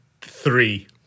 three